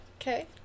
okay